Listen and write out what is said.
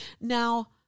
Now